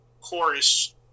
chorus